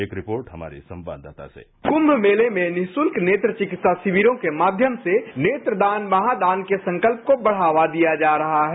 एक रिपोर्ट हमारे संवाददाता से कुंम मेले में निशुल्क नेत्र चिकित्सा शिविरों के माध्यम से नेत्रदान महादान के संकल्प को बढ़ावा दिया जा रहा है